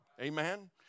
Amen